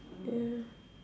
yeah